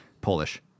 polish